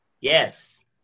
Yes